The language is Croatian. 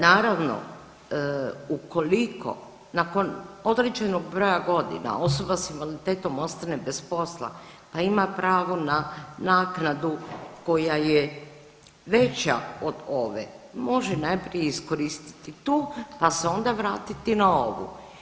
Naravno, ukoliko nakon određenog broja godina osoba s invaliditetom ostane bez posla pa ima pravo na naknadu koja je veća od ove, može najprije iskoristiti tu pa se onda vratiti na ovu.